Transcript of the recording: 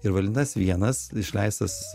ir valentas vienas išleistas